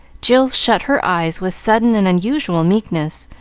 jill shut her eyes with sudden and unusual meekness,